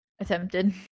attempted